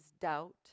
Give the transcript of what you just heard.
doubt